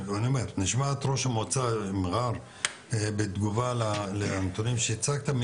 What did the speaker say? העיר מע'אר בתגובה לנתונים שהצגת,